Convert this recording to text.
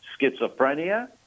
schizophrenia